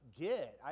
get